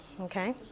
Okay